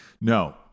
No